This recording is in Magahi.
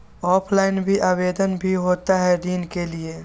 ऑफलाइन भी आवेदन भी होता है ऋण के लिए?